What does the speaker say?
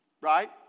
right